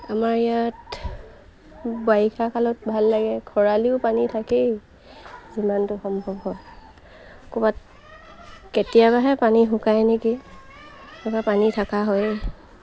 আমাৰ ইয়াত বাৰিষা কালত ভাল লাগে খৰালিও পানী থাকেই যিমানটো সম্ভৱ হয় ক'ৰবাত কেতিয়াবাহে পানী শুকায় নেকি পানী থকা হয়েই